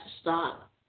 stop